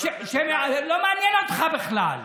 לא מעניין אותך בכלל.